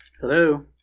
Hello